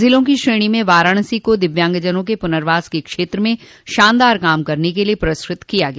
जिलों की श्रेणो में वाराणसी को दिव्यांगजनों के पुनर्वास के क्षेत्र में शानदार काम करने के लिये पुरस्कृत किया गया